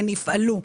הן יפעלו.